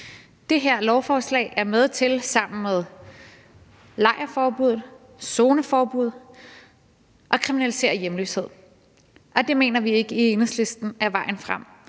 Det her lovforslag er sammen med lejrforbuddet og zoneforbuddet med til at kriminalisere hjemløshed. Og det mener vi ikke i Enhedslisten er vejen frem.